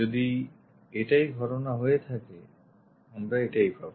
যদি এটাই ঘটনা হয়ে থাকে আমরা এটাই পাব